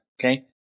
Okay